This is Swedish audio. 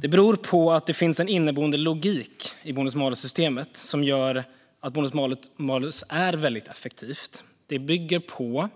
Det beror på att det finns en inneboende logik i bonus-malus-systemet som gör att bonus-malus är väldigt effektivt. Det bygger på